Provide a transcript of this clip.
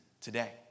today